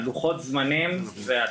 מדהים.